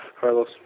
Carlos